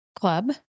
club